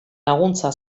laguntza